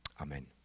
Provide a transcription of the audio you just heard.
Amen